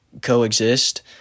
coexist